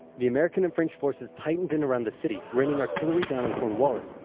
the american and french forces tightened in around the city, raining artillery down on cornwallis,